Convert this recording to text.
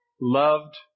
loved